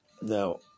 Now